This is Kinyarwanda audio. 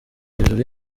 hejuru